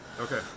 Okay